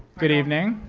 good evening.